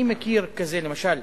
אני מכיר כזה למשל,